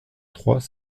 trois